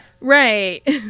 Right